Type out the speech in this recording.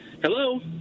Hello